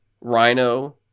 Rhino